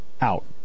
out